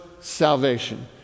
salvation